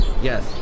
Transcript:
Yes